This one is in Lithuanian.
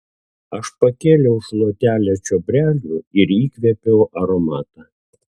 aš pakėliau šluotelę čiobrelių ir įkvėpiau aromatą